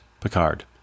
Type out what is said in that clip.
Picard